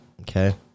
Okay